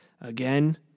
again